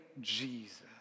Jesus